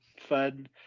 fun